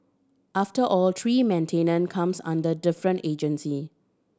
after all tree maintenance comes under different agencies